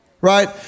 right